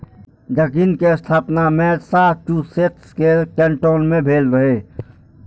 Dunkin के स्थापना Massachusetts के कैन्टोन मे भेल रहै